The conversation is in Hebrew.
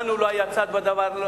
לנו לא היה צד בדבר.